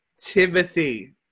Timothy